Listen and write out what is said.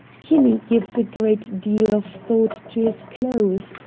kinney gives a great deal of thought to his clothes,